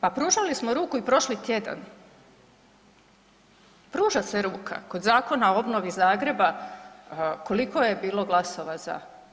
Pa pružali smo ruku i prošli tjedan, pruža se ruka kod Zakona o obnovi Zagreba koliko je bilo glasova za?